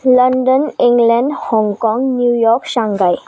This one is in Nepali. London England Hong Kong New York Shanghai